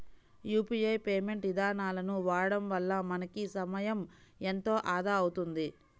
UPI payment ఇదానాలను వాడడం వల్ల మనకి సమయం ఎంతో ఆదా అవుతుంది